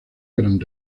gran